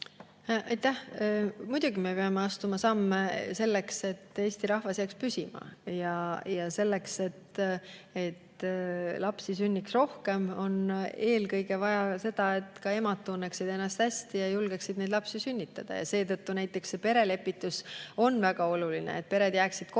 Muidugi me peame astuma samme selleks, et Eesti rahvas jääks püsima. Selleks, et lapsi sünniks rohkem, on eelkõige vaja seda, et ka emad tunneksid ennast hästi ja julgeksid neid lapsi sünnitada. Ja seetõttu näiteks see perelepitus on väga oluline, et pered jääksid kokku